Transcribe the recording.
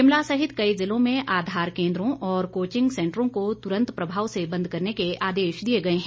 शिमला सहित कई जिलों में आधार केंद्रों और कोचिंग सेंटरों को तुरंत प्रभाव से बंद करने के आदेश दिए गए हैं